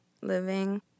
living